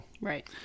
Right